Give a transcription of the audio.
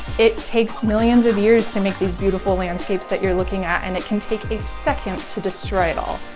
it takes millions of years to make these beautiful landscapes that you're looking at, and it can take a second to destroy it all.